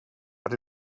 but